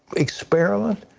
experiment?